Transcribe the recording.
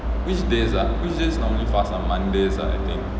which days ah which days normally fast ah mondays ah I think